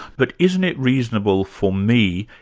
but isn't it reasonable for me,